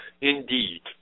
Indeed